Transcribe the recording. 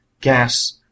gas